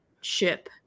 ship